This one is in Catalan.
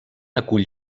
acull